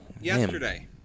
yesterday